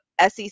SEC